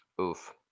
Oof